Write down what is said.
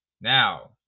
Now